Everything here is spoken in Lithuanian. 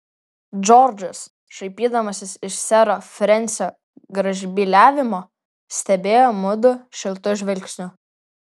džordžas šaipydamasis iš sero frensio gražbyliavimo stebėjo mudu šiltu žvilgsniu